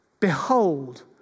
Behold